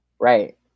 right